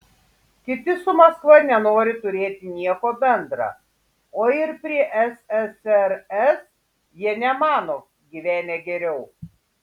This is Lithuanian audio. kiti su maskva nenori turėti nieko bendra o ir prie ssrs jie nemano gyvenę geriau